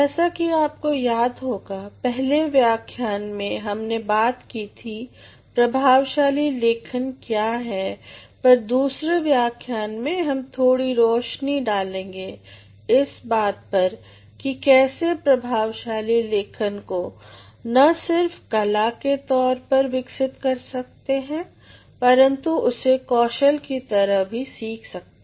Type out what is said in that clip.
जैसा कि आपको याद होगा पहले व्याख्यान में हमने बात की थी कि प्रभावशाली लेखन क्या है पर दूसरे व्याख्यान में हम थोड़ी रौशनी डालेंगे इस बात पर कि कैसे प्रभावशाली लेखन को न सिर्फ कला के तौर पर विकसित कर सकते हैं परन्तु उसे कौशल की तरह भी सीख सकते